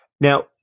Now